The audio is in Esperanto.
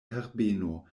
herbeno